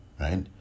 right